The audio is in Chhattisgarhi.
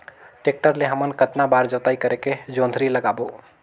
टेक्टर ले हमन कतना बार जोताई करेके जोंदरी लगाबो?